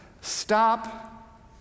stop